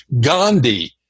Gandhi